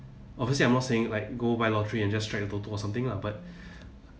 obviously I'm not saying like go buy lottery and just try a TOTO or something lah but